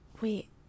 Wait